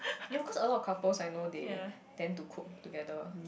ya cause a lot of couples I know they tend to cook together